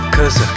Cause